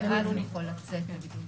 ואז הוא יכול לצאת מהבידוד.